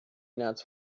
nuts